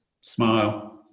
smile